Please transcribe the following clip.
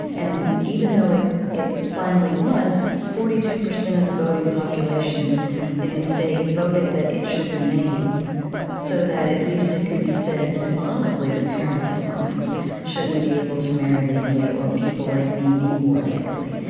and even though it it finally was, forty two percent of the voting population in the state voted that it should remain so that at least it could be said symbolically that parents like mine shouldn't be able to marry legally or people like me be born legally.